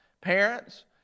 parents